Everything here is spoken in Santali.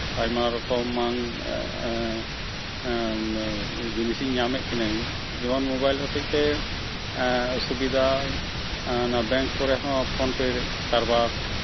ᱟᱭᱢᱟ ᱨᱚᱠᱚᱢᱟᱱ ᱡᱤᱱᱤᱥᱤᱧ ᱧᱟᱢᱮᱫ ᱠᱟᱱᱟᱹᱧ ᱡᱮᱢᱚᱱ ᱢᱳᱵᱟᱭᱤᱞ ᱦᱚᱛᱮᱡ ᱛᱮ ᱥᱩᱵᱤᱫᱟ ᱚᱱᱟ ᱵᱮᱝᱠ ᱠᱚᱨᱮ ᱦᱚᱸ ᱯᱷᱳᱱᱼᱯᱮ ᱠᱟᱨᱵᱟᱨ